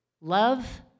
love